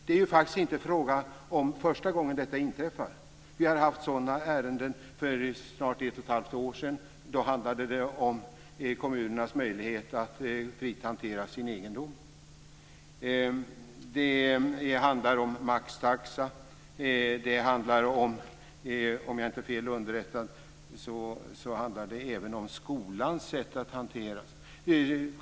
Det är ju faktiskt inte fråga om första gången detta inträffar. Vi har haft sådana ärenden för snart ett och ett halvt år sedan. Då handlade det om kommunernas möjligheter att fritt hantera sin egendom. Det handlar om maxtaxa. Om jag inte är fel underrättad handlar det även om skolan.